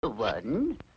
One